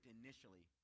initially